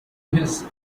his